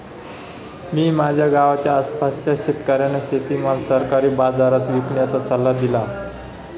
मी माझ्या गावाच्या आसपासच्या शेतकऱ्यांना शेतीमाल सरकारी बाजारात विकण्याचा सल्ला दिला